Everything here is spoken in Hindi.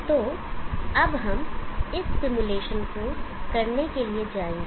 तो अब हम इस सिमुलेशन को करने के लिए जाएंगे